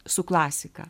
su klasika